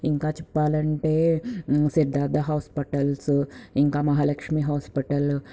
ఇంకా చెప్పాలంటే సిద్ధార్థ హాస్పటల్సు ఇంకా మహాలక్ష్మి హాస్పటల్